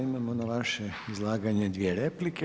Imamo na vaše izlaganje dvije replike.